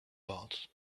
part